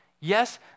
Yes